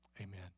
amen